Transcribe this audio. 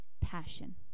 passion